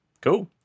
Cool